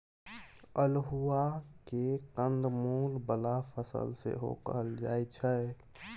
अल्हुआ केँ कंद मुल बला फसल सेहो कहल जाइ छै